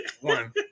one